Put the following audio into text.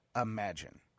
imagine